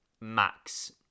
Max